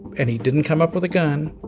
and he didn't come up with a gun.